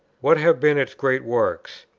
what have been its great works?